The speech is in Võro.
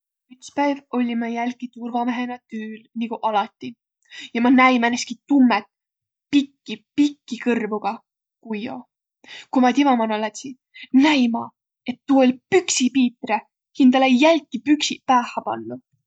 Üts päiv olli ma jälki turvamehenä tüül, nigu alati, ja ma näi määnestki tummõt pikki, pikki kõrvuga kujjo. Ku ma timä mano lätsi, näi maq, et tuu oll Püksi Piitre, hindäle jälki püksiq päähä panduq.